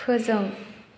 फोजों